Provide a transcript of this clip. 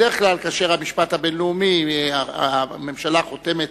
בדרך כלל, כאשר המשפט הבין-לאומי, הממשלה חותמת